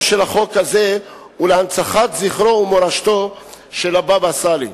של החוק הזה ולהנצחת זכרו ומורשתו של הבבא סאלי.